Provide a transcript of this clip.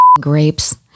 grapes